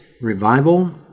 revival